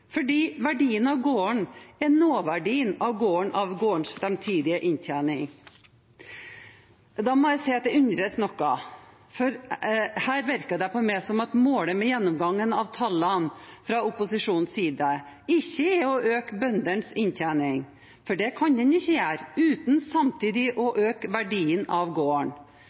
verdien av gården er nåverdien av gårdens framtidige inntjening. Da må jeg si jeg undres noe, for her virker det på meg som om målet med gjennomgangen av tallene fra opposisjonens side ikke er å øke bøndenes inntjening, for det kan en ikke gjøre uten samtidig å øke verdien av gården.